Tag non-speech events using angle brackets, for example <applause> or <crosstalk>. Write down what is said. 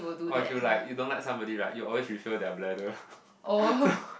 or if you like you don't like somebody right you always refill their bladder <laughs>